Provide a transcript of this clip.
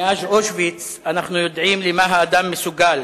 מאז אושוויץ אנחנו יודעים למה האדם מסוגל.